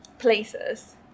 places